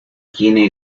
tiene